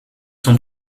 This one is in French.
sont